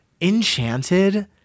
Enchanted